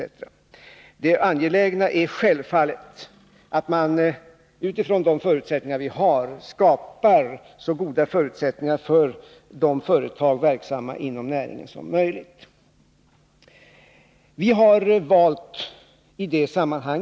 Det Mineralpolitik angelägna är självfallet att vi, från de utgångspunkter vi har, skapar så goda förutsättningar som möjligt för de företag som är verksamma inom näringen.